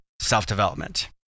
self-development